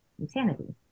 insanity